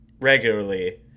regularly